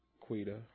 Quita